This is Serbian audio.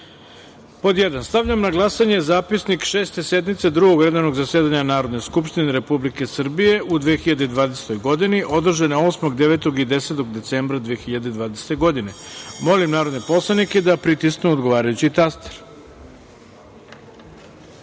odlučivanje. Stavljam na glasanje Zapisnik Šeste sednice Drugog redovnog zasedanja Narodne skupštine Republike Srbije u 2020. godine, održane 8, 9. i 10. decembra 2020. godine. Molim narodne poslanike da pritisnu odgovarajući